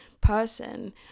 person